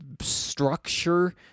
structure